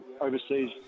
overseas